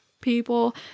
people